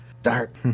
dark